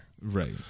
Right